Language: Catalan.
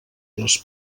les